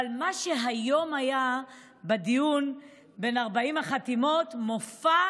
אבל מה שהיום היה בדיון בן 40 החתימות: מופע